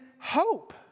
hope